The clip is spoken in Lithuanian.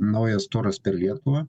naujas turas per lietuvą